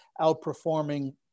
outperforming